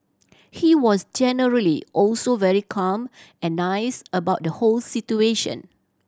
he was generally also very calm and nice about the whole situation